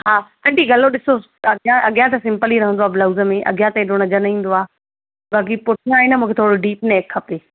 हा आंटी गलो ॾिसो अॻियां अॻियां त सिम्पल ई रहंदो आहे ब्लाउज़ में अॻियां त अहिड़ो नज़रि न ईंदो आहे बाक़ी पुठिया आहे न मुखे थोरो डीप नैक खपे